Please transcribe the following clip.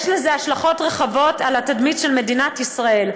יש לזה השלכות רחבות על התדמית של מדינת ישראל.